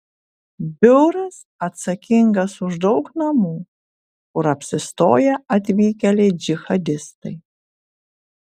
biuras atsakingas už daug namų kur apsistoję atvykėliai džihadistai